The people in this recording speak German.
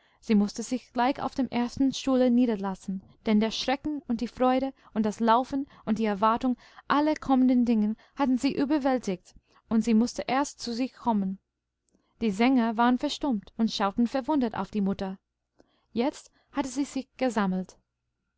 sie mußte sich gleich auf dem ersten stuhle niederlassen denn der schrecken und die freude und das laufen und die erwartung aller kommenden dinge hatten sie überwältigt und sie mußte erst zu sich kommen die sänger waren verstummt und schauten verwundert auf die mutter jetzt hatte sie sich gesammelt